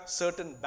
certain